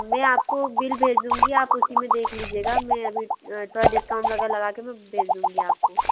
मैं आपको बिल भेज दूँगी आप उसी मे देख लीजिएगा मैं अभी थोड़ा डिस्काउंट वग़ैरह लगा के मैं भेज दूँगी आपको